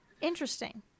Interesting